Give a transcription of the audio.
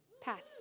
Pass